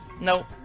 Nope